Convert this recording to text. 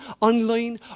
online